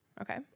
Okay